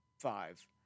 five